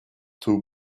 two